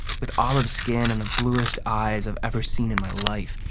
with olive skin and the bluest eyes i've ever seen in my life.